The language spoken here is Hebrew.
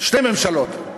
שתי ממשלות,